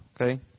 Okay